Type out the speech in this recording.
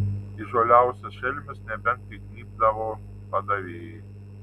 įžūliausias šelmis nebent įgnybdavo padavėjai